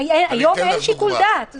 היום אין שיקול דעת.